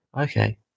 Okay